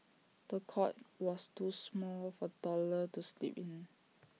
the cot was too small for toddler to sleep in